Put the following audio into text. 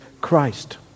Christ